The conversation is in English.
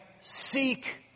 seek